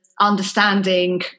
understanding